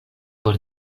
por